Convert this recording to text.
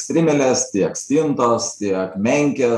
strimelės tiek stintos tie menkė